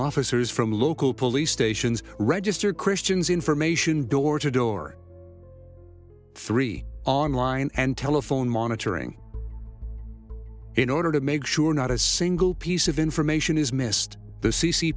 officers from local police stations register christians information door to door three online and telephone monitoring in order to make sure not a single piece of information is missed the c c